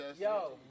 Yo